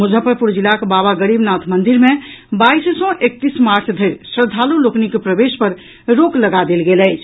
मुजफ्फरपुर जिलाक बाबा गरीबनाथ मंदिर मे बाईस सँ एकतीस मार्च धरि श्रद्धालु लोकनिक प्रवेश पर रोक लगा देल गेल अछि